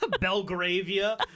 Belgravia